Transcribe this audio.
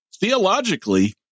theologically